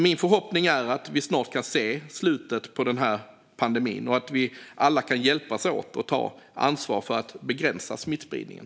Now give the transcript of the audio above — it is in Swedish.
Min förhoppning är att vi snart kan se slutet på pandemin och att vi alla kan hjälpas åt att ta ansvar för att begränsa smittspridningen.